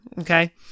Okay